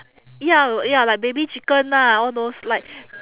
ya ya like baby chicken lah all those like